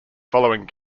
following